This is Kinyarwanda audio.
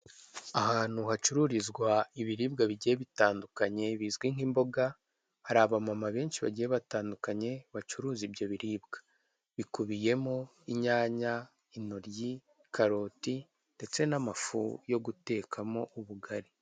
Iki ngiki akaba ari icyapa kerekana ko aga ngaha ari mu karere ka Bugesera, Akarere ka Bugesera gaherereye mu ntara y'iburasira zuba mu gihugu cy'urwanda, ni ahantu heza harambuye gusa haba ubushyuhe.